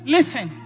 Listen